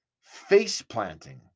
face-planting